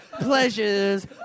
pleasures